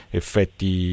effetti